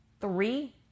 Three